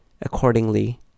accordingly